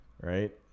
right